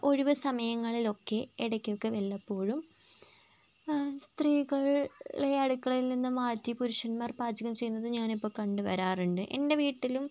ഒഴിവ് സമയങ്ങളിലൊക്കെ ഇടക്കൊക്കെ വല്ലപ്പോഴും സ്ത്രീകളെ അടുക്കളയിൽ നിന്ന് മാറ്റി പുരുഷന്മാർ പാചകം ചെയ്യുന്നത് ഞാനിപ്പോൾ കണ്ടുവരാറുണ്ട് എൻ്റെ വീട്ടിലും